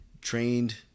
Trained